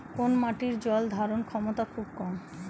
কোন মাটির জল ধারণ ক্ষমতা খুব কম?